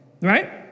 right